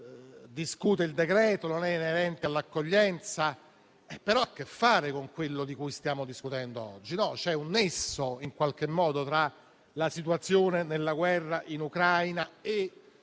in esame, non è inerente all'accoglienza, ma ha a che fare con quello di cui stiamo discutendo oggi. C'è un nesso tra la situazione della guerra in Ucraina e